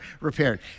repaired